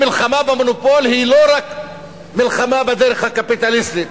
המלחמה במונופול היא לא רק מלחמה בדרך הקפיטליסטית,